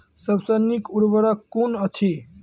सबसे नीक उर्वरक कून अछि?